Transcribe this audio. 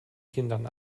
kindern